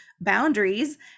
boundaries